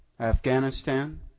Afghanistan